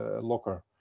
Locker